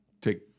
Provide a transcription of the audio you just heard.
take